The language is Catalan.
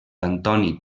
antoni